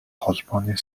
холбооны